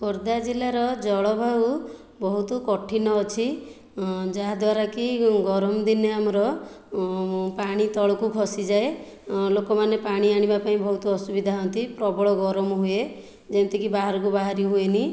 ଖୋର୍ଦ୍ଧା ଜିଲ୍ଲାର ଜଳବାୟୁ ବହୁୁତ କଠିନ ଅଛି ଯାହା ଦ୍ୱାରାକି ଗରମ ଦିନେ ଆମର ପାଣି ତଳକୁ ଖସିଯାଏ ଲୋକମାନେ ପାଣି ଆଣିବା ପାଇଁ ବହୁତ ଅସୁବିଧା ହୂଅନ୍ତି ପ୍ରବଳ ଗରମ ହୁଏ ଯେମିତିକି ବାହାରକୁ ବାହାରି ହୁଏନାହିଁ